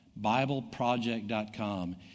BibleProject.com